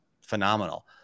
phenomenal